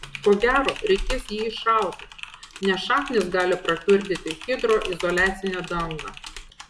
ko gero reikės jį išrauti nes šaknys gali prakiurdyti hidroizoliacinę dangą